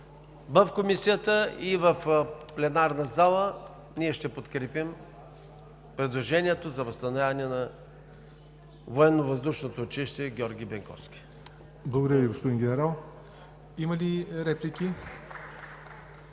подкрепихме и в пленарната зала ще подкрепим предложението за възстановяване на Военновъздушното училище „Георги Бенковски“.